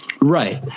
Right